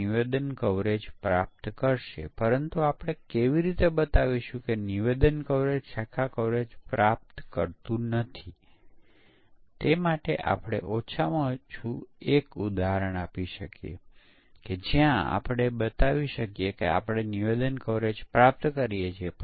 જો તમે દૃશ્ય આધારિત પરીક્ષણ કરી રહ્યા હો તો દૃશ્ય આધારિત પરીક્ષણમાં તે ખૂબ જ સરળ છે જ્યાં આપણે સોફ્ટવેરના દૃશ્યને ચલાવીએ છીએ